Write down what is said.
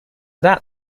that